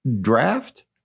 draft